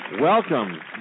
Welcome